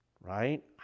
Right